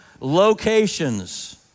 locations